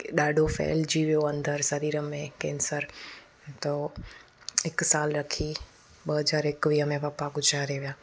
ॾाढो फहिलजी वियो अंदरि सरीर में कैंसर त उहो हिकु साल रखी ॿ हज़ार एकवीह में पप्पा गुज़ारे विया